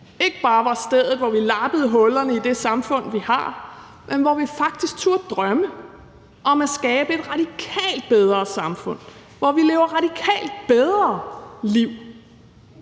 ikke bare var stedet, hvor vi lappede hullerne i det samfund, vi har, men hvor vi faktisk turde at drømme om at skabe et radikalt bedre samfund, hvor vi lever radikalt bedre liv.